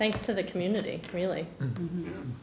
thanks to the community really